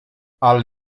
ale